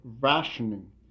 rationing